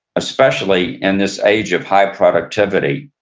especially in this age of high productivity,